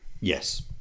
Yes